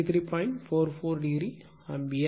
44o ampere